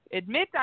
admit